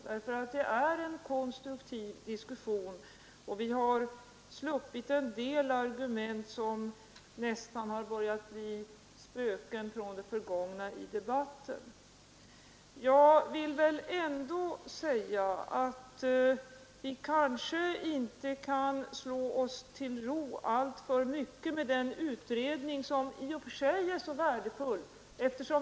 Det har varit en konstruktiv diskussion, och vi har i debatten sluppit en del argument som nästan har börjat bli spöken från det förgångna. Jag vill ändå säga att vi inte kan slå oss till ro alltför mycket med den utredning som pågår, även om den i och för sig är värdefull.